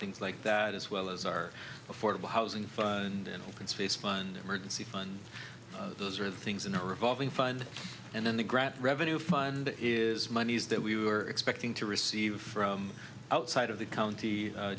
things like that as well as our affordable housing and open space fund emergency fund those are things in a revolving fund and then the grat revenue fund is monies that we were expecting to receive from outside of the county